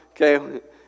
okay